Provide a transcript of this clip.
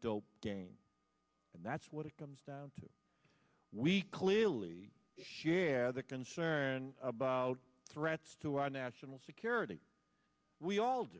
dope again and that's what it comes down to we clearly share the concern about threats to our national security we all do